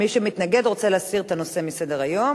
מי שמתנגד רוצה להסיר את הנושא מסדר-היום.